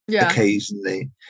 occasionally